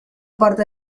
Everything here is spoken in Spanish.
parte